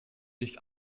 nicht